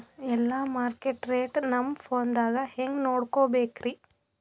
ಎಲ್ಲಾ market rate ನಮ್ ಫೋನದಾಗ ಹೆಂಗ ನೋಡಕೋಬೇಕ್ರಿ?